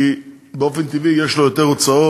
כי באופן טבעי יש לו יותר הוצאות